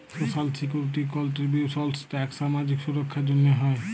social security contributions tax সামাজিক সুরক্ষার জ্যনহে হ্যয়